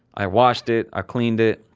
i washed it. i cleaned it.